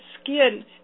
skin